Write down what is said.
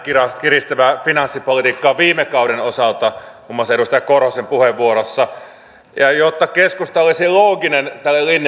kiristävää finanssipolitiikkaa viime kauden osalta muun muassa edustaja korhosen puheenvuorossa jotta keskusta olisi looginen tälle linjalle